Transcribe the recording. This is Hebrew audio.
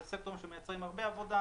זה סקטורים שמייצרים הרבה עבודה,